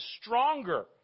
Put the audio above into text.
stronger